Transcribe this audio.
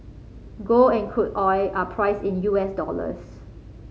gold and crude oil are priced in U S dollars